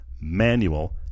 manual